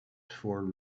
for